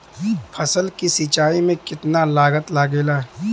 फसल की सिंचाई में कितना लागत लागेला?